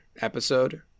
episode